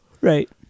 Right